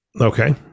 Okay